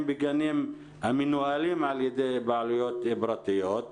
בגנים המנוהלים על ידי בעלויות פרטיות?